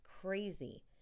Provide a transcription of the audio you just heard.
crazy